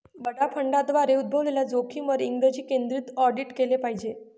बडा फंडांद्वारे उद्भवलेल्या जोखमींवर इंग्रजी केंद्रित ऑडिट केले पाहिजे